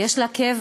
יש לה קבר.